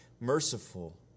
merciful